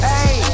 Hey